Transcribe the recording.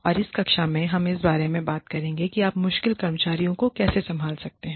और इस कक्षा में हम इस बारे में बात करेंगे कि आप मुश्किल कर्मचारियों को कैसे संभाल सकते हैं